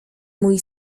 mój